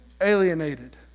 alienated